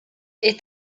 est